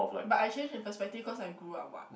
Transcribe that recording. but I change the perceptive cause I grew up what